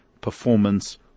performance